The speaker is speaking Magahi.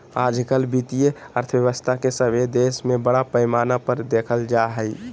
आजकल वित्तीय अर्थशास्त्र के सभे देश में बड़ा पैमाना पर देखल जा हइ